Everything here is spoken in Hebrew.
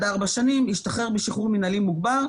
ארבע שנים ישתחרר בשחרור מינהלי מוגבר,